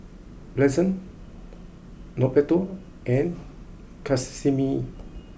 pleasant Norberto and Casimir